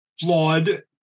flawed